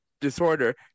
disorder